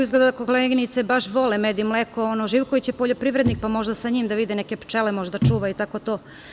Izgleda da koleginice baš vole med i mleko, Živković je poljoprivrednik, pa možda sa njim da vide neke pčele, možda čuva, i tako to.